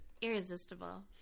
Irresistible